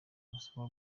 basabwa